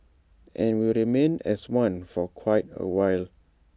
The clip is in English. and will remain as one for quite A while